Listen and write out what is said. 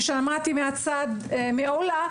ושמעתי מהצד מעולא,